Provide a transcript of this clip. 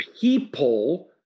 people